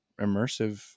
immersive